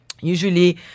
Usually